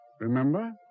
remember